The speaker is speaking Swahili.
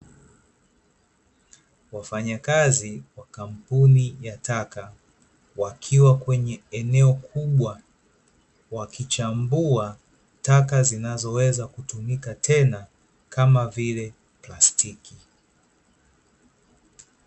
Wafanyakazi wa kampuni ya taka wakiwa kwenye eneo kubwa, wakichambua taka zinazoweza kutumika tena kama vile plastiki.